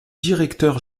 directeur